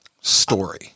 story